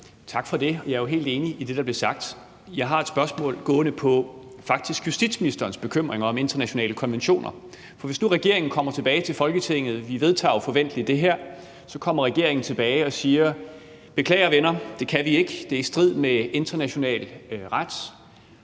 Tak for det. Jeg er jo helt enig i det, der blev sagt. Jeg har et spørgsmål faktisk gående på justitsministerens bekymringer om internationale konventioner. For hvis nu regeringen kommer tilbage til Folketinget – vi vedtager jo forventelig det her – og siger, beklager venner, det kan vi ikke, det er i strid med international ret,